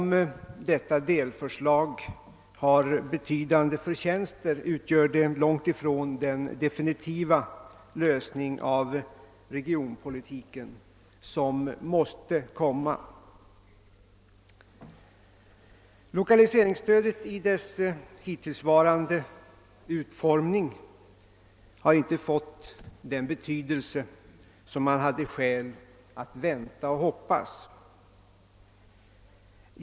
Detta delförslag har betydande förtjänster, men det utgör långt ifrån den definitiva lösning av regionpolitiken som måste komma. Lokaliseringsstödet i dess hittillsvarande utformning har inte fått den betydelse man hade skäl att vänta och hoppas.